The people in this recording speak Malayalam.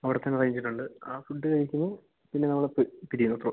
അവിടെ തന്നെറേഞ്ച് ചെയ്തിട്ടുണ്ട് ആ ഫുഡ്ഡ് കഴിക്കുന്നു പിന്നെ നമ്മൾ പിരിയിന്നു അത്രയെ ഉള്ളു